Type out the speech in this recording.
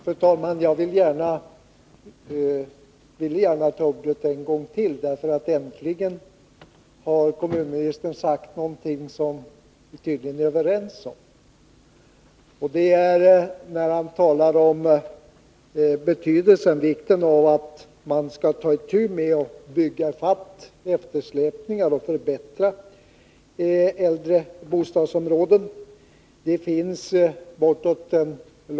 Fru talman! Jag ville gärna begära ordet än en gång, eftersom kommunministern äntligen har sagt någonting som vi tydligen är överens om. Han talade om vikten av att man bygger i fatt där det har blivit eftersläpningar och att man förbättrar i äldre bostadsområden.